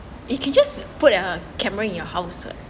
you can just put a camera in your house [what]